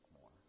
more